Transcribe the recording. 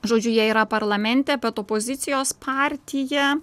žodžiu jie yra parlamente bet opozicijos partija